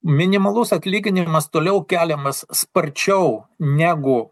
minimalus atlyginimas toliau keliamas sparčiau negu